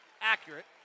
accurate